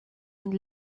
and